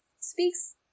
speaks